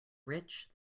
rich